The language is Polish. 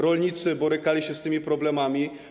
Rolnicy borykali się z tymi problemami.